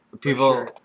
People